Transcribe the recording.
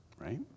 right